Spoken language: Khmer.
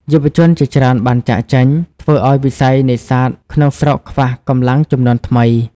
យុវជនជាច្រើនបានចាកចេញ ធ្វើឱ្យវិស័យនេសាទក្នុងស្រុកខ្វះកម្លាំងជំនាន់ថ្មី។